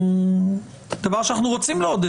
הוא דבר שאנחנו רוצים לעודד,